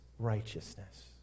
righteousness